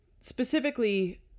specifically